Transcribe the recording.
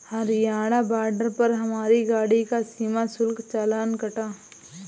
Haryana border पर हमारी गाड़ी का सीमा शुल्क चालान कटा